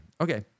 okay